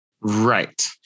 Right